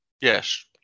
Yes